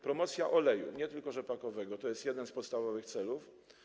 Promocja oleju, nie tylko rzepakowego, to jeden z podstawowych celów.